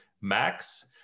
max